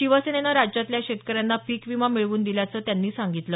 शिवसेनेनं राज्यातल्या शेतकऱ्यांना पीक विमा मिळवून दिल्याचं सांगितलं